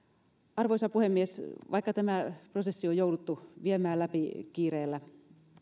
arvoisa puhemies vaikka tämä prosessi on jouduttu viemään läpi kiireellä